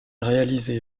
réalisé